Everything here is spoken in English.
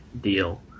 deal